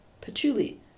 Patchouli